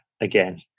again